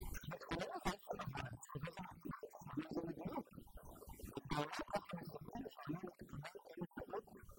צריך להתכונן לזה, אי אפשר לבוא לזה, צריך לבוא לזה מכוון, צריך לבוא לזה מדוייק. ופעמים, כך מספרים, שהוא היה מתכונן כמה שעות